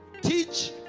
teach